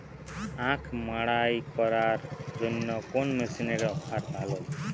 আখ মাড়াই করার জন্য কোন মেশিনের অফার ভালো?